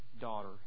daughter